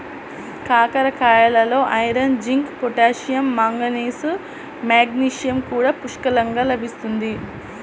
కాకరకాయలలో iron, zinc, potassium, manganese, magnesium కూడా పుష్కలంగా లభిస్తుంది